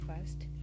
first